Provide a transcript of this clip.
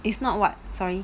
is not what sorry